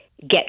get